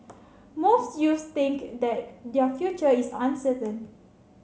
most youths think that their future is uncertain